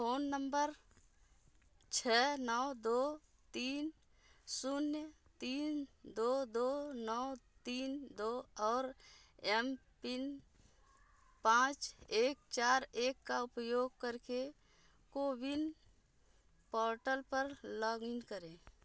phone number छः नौ दो तीन शून्य तीन दो दो तीन नौ दो और एमपिन पाँच एक चार एक का उपयोग करके कोविन पोर्टल पर लॉग इन करें